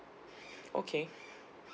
okay